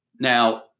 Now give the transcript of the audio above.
Now